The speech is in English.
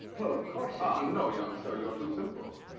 well, of course ah, no young sir, you're too simple.